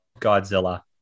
godzilla